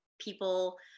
people